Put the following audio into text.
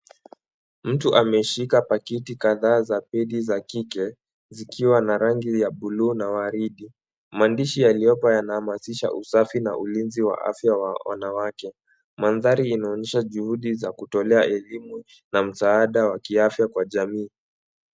Mtu ameshika paketi kadhaa za pedi za kike zikiwa na rangi ya bluu na waridi. Maandishi yaliyomo yanahamasisha usafi na ulinzi wa afya wa wanawake. Mandhari inaonyesha juhudi za kutolea elimu na msaada wa kiafya kwa jamii.